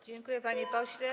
Dziękuję, panie pośle.